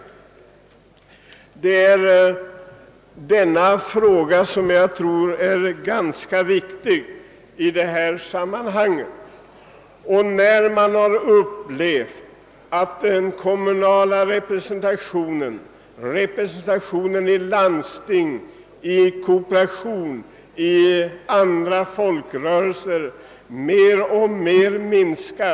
Jag har ansett det betydelsefullt att ta upp denna fråga i detta sammanhang därför att jag har upplevt hur den kommunala representationen, representationen i landsting, i kooperation och i folkrörelser, fortsätter att minska.